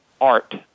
art